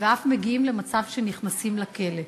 ואף מגיעים למצב שנכנסים לכלא.